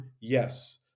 yes